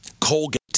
Colgate